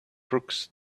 crooks